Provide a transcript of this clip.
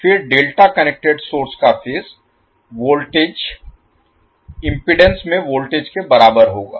फिर delta connected source का phase voltage impedance में वोल्टेज के बराबर होगा